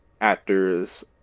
actors